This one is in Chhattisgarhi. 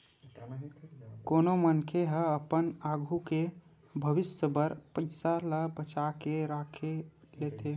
कोनो मनखे ह अपन आघू के भविस्य बर पइसा ल बचा के राख लेथे